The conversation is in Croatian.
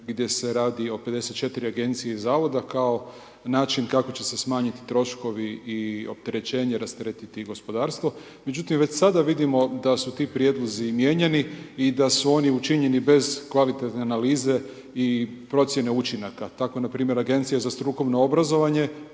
gdje se radi o 54 agencije iz zavoda kao način kako će se smanjiti troškove i opterećenje, rasteretiti i gospodarstvo. Međutim, već sada vidimo da su ti prijedlozi mijenjani i da su oni učinjeni bez kvalitetne analize i procjene učinaka, tako npr. agencija za strukovno obrazovanje,